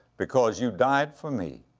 because you died for me.